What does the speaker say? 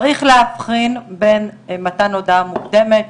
צריך להבחין בין מתן הודעה מוקדמת,